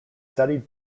studied